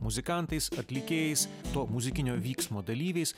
muzikantais atlikėjais to muzikinio vyksmo dalyviais